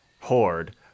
horde